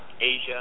Asia